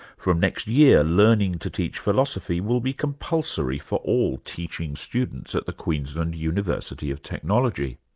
from next year, learning to teach philosophy will be compulsory for all teaching students at the queensland university of technology.